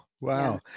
Wow